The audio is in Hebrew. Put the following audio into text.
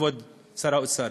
כבוד שר האוצר.